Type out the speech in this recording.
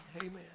Amen